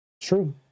True